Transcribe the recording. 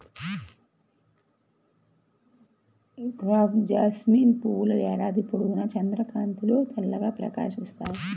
crepe jasmine పువ్వుల ఏడాది పొడవునా చంద్రకాంతిలో తెల్లగా ప్రకాశిస్తాయి